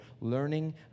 learning